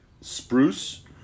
Spruce